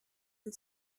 and